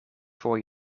voor